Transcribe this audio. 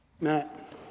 Matt